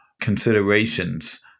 considerations